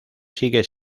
sigue